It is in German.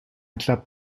klappt